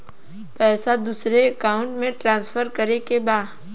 पैसा दूसरे अकाउंट में ट्रांसफर करें के बा?